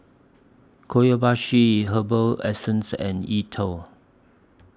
Herbal Essences and E TWOW